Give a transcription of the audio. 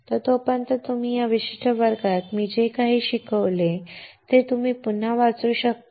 तर तोपर्यंत तुम्ही या विशिष्ट वर्गात मी जे काही शिकवले ते तुम्ही पुन्हा वाचू शकता